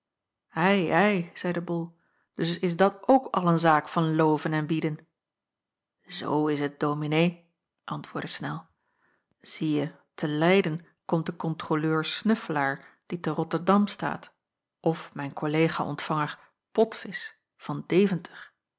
ei ei zeide bol dus is dat ook al een zaak van loven en bieden zoo is t dominee antwoordde snel zie je te leyden komt de kontroleur snuffelaar die te rotterdam staat of mijn kollega ontvanger potvisch van deventer